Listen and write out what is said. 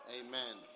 Amen